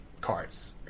cards